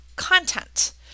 content